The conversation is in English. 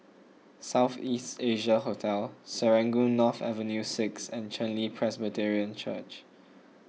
South East Asia Hotel Serangoon North Avenue six and Chen Li Presbyterian Church